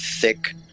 thick